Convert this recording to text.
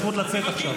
יש לך זכות לצאת עכשיו.